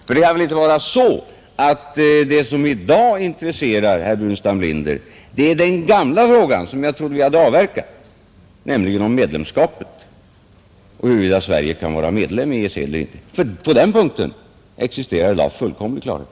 För det kan väl inte vara så, att det som i dag intresserar herr Burenstam Linder är den gamla frågan, som jag trodde vi hade avverkat, nämligen frågan huruvida Sverige kan vara medlem i EEC eller inte? På den punkten existerar ju i dag fullkomlig klarhet.